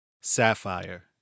Sapphire